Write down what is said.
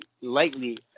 lightly